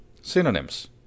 synonyms